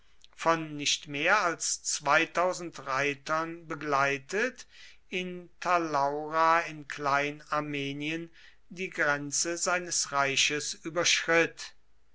von nicht mehr als reitern begleitet in talaura in klein armenien die grenze seines reiches überschritt